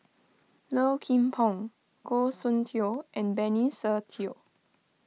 Low Kim Pong Goh Soon Tioe and Benny Se Teo